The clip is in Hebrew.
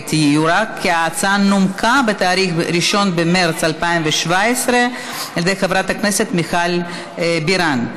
כי ההצעה נומקה ב-1 במרס 2017 על ידי חברת הכנסת מיכל בירן.